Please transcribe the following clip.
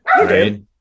right